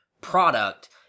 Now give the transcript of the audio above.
product